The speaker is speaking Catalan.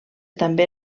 també